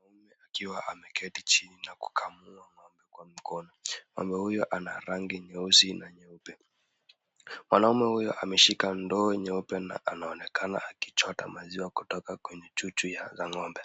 Mwanaume akiwa ameketi chini na kukamua ng'ombe kwa mkono. Ng'ombe huyo ana rangi nyeusi na nyeupe. Mwanaume huyo ameshika ndoo nyeupe na anaonekana akichota maziwa kutoka kwenye chuchu za ng'ombe.